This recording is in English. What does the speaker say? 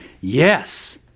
yes